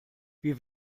wie